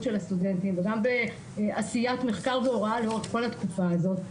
על הסטודנטים וגם בעשיית מחקר והוראה לאורך כל התקופה הזאת.